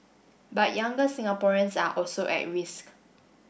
but younger Singaporeans are also at risk